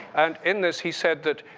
and in this, he said that,